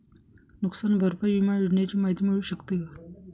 नुकसान भरपाई विमा योजनेची माहिती मिळू शकते का?